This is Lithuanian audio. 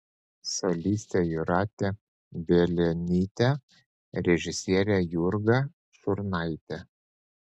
solistė jūratė bielinytė režisierė jurga šurnaitė